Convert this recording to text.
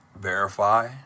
verify